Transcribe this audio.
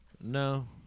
No